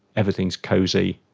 everything is cosy,